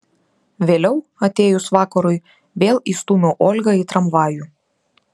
vėliau atėjus vakarui vėl įstūmiau olgą į tramvajų